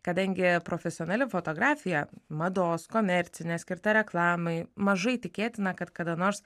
kadangi profesionali fotografija mados komercinė skirta reklamai mažai tikėtina kad kada nors